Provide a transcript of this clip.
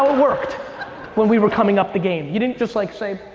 ah worked when we were coming up the game. you didn't just like say.